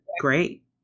great